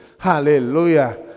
Hallelujah